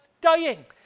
dying